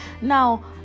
now